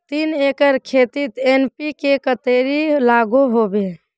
तीन एकर खेतोत एन.पी.के कतेरी लागोहो होबे?